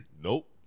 Nope